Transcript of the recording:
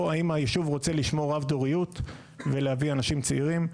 או האם היישוב רוצה לשמור רב דוריות ולהביא אנשים צעירים.